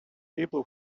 people